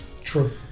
True